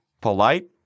Polite